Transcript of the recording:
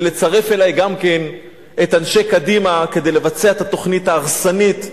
ולצרף אלי גם את אנשי קדימה כדי לבצע את התוכנית ההרסנית,